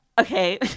Okay